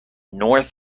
north